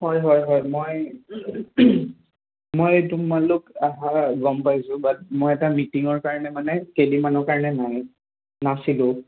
হয় হয় হয় মই মই তোমাললোক অহাৰ গম পাইছোঁ বাট মই এটা মিটিঙৰ কাৰণে মানে কেইদিমানৰ কাৰণে নাই নাছিলোঁ